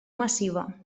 massiva